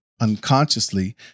unconsciously